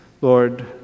Lord